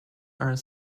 are